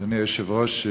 אדוני היושב-ראש,